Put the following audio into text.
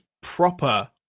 proper